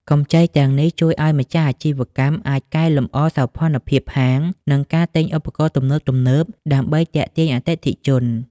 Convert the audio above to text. កម្ចីទាំងនេះជួយឱ្យម្ចាស់អាជីវកម្មអាចកែលម្អសោភ័ណភាពហាង និងការទិញឧបករណ៍ទំនើបៗដើម្បីទាក់ទាញអតិថិជន។